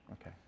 okay